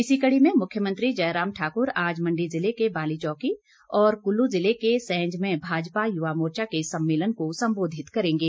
इसी कड़ी में मुख्यमंत्री जयराम ठाकुर आज मंडी जिले के बाली चौकी और कुल्लू जिले के सैंज में भाजपा युवा मोर्चा के सम्मेलन को संबोधित करेंगे